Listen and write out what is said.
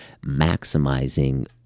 maximizing